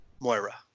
Moira